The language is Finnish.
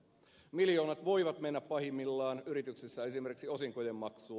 miljoonat voivat mennä pahimmillaan yrityksissä esimerkiksi osinkojen maksuun